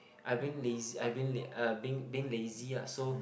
I've been lazy I've been late I been been lazy lah so